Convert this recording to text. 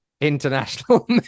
international